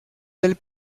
del